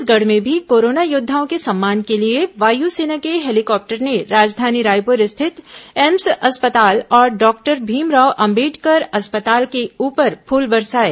छत्तीसगढ़ में भी कोरोना योद्वाओं के सम्मान के लिए वायुसेना के हेलीकॉप्टर ने राजधानी रायपुर स्थित एम्स अस्पताल और डॉक्टर भीमराव अंबडेकर अस्पताल के ऊपर फूल बरसाए